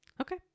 okay